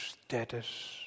status